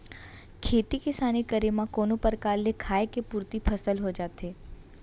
खेती किसानी करे म कोनो परकार ले खाय के पुरती फसल हो जाथे